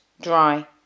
dry